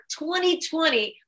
2020